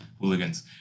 Hooligans